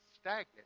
stagnant